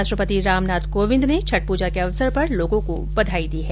राष्ट्रपति रामनाथ कोविंद ने छठ पूजा के अवसर पर लोगों को बधाई दी है